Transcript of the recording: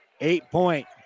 Eight-point